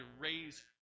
raise